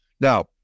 Now